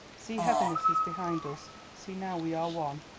see heaviness is behind us, see now we are one.